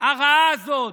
הרעה הזאת